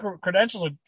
credentials